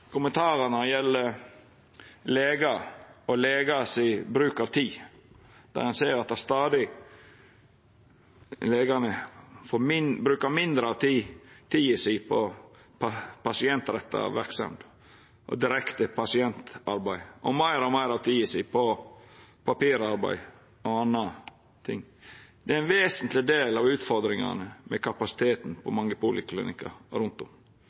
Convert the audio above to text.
gjeld legar og legar sin bruk av tid. Ein ser at legane stadig bruker mindre av tida si på pasientretta verksemd og direkte pasientarbeid og meir og meir av tida si på papirarbeid og andre ting. Det er ein vesentleg del av utfordringane med kapasiteten på mange poliklinikkar rundt om.